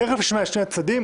תכף אשמע את שני הצדדים,